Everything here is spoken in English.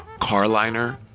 Carliner